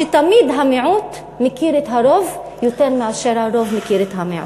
הוא שתמיד המיעוט מכיר את הרוב יותר מאשר הרוב מכיר את המיעוט.